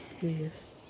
Yes